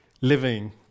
living